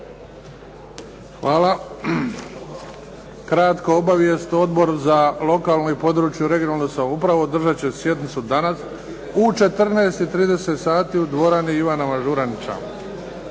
Hvala. Kratka obavijest. Odbor za lokalnu i područnu regionalnu samoupravu održat će sjednicu danas u 14,30 sati u dvorani "Ivana Mažuranića".